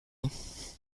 ans